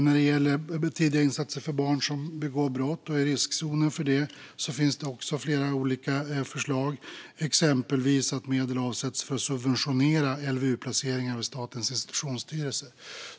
När det gäller tidiga insatser för barn som begår brott och är i riskzonen för det finns också flera olika förslag, exempelvis att medel avsätts för att subventionera LVU-placeringar vid Statens institutionsstyrelse.